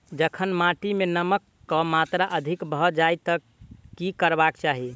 जखन माटि मे नमक कऽ मात्रा अधिक भऽ जाय तऽ की करबाक चाहि?